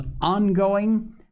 ongoing